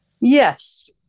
yes